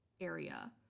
area